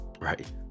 right